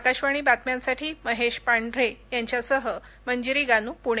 आकाशवाणी बातम्यांसाठी महेश पांढरे यांच्यासह मंजिरी गानू पूणे